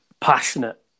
passionate